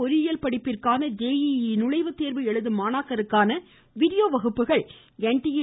பொறியியல் படிப்பிற்கான துநுநு நுழைவுத்தேர்வு எழுதும் மாணாக்கருக்கான வீடியோ வகுப்புகள் வெய